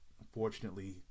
unfortunately